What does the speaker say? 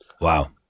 Wow